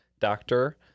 doctor